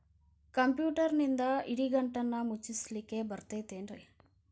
ಕಂಪ್ಯೂಟರ್ನಿಂದ್ ಇಡಿಗಂಟನ್ನ ಮುಚ್ಚಸ್ಲಿಕ್ಕೆ ಬರತೈತೇನ್ರೇ?